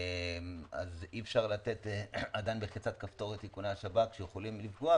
אז אי אפשר לתת בלחיצת כפתור את איכוני השב"כ שיכולים לפגוע,